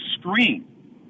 screen